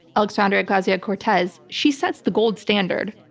alexandra ocasio cortez, she sets the gold standard.